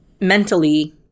mentally